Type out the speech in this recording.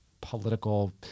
political